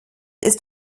ist